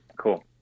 Cool